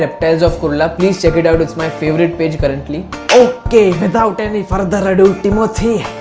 reptiles of kurla please check it out it's my favorite page currently okay! without any further ado, timothy,